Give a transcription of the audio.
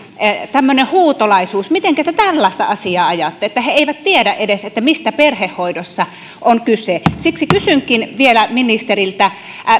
tämmöinen huutolaisuus mitenkä te tällaista asiaa ajatte eli he eivät tiedä edes mistä perhehoidossa on kyse siksi kysynkin vielä ministeriltä